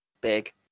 big